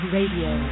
Radio